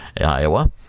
Iowa